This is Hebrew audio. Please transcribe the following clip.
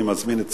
אני מזמין את